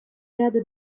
grado